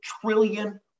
trillion